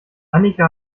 annika